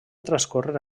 transcórrer